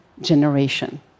generation